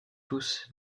tous